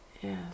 yes